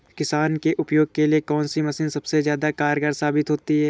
किसान के उपयोग के लिए कौन सी मशीन सबसे ज्यादा कारगर साबित होती है?